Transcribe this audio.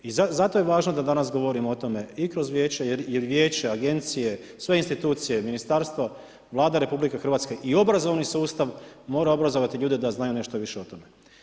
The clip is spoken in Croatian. I zato je važno da danas govorimo o tome i kroz Vijeće jer Vijeće, agencije, sve institucije, Ministarstvo, Vlada RH i obrazovni sustav mora obrazovati sustav da znaju nešto više o tome.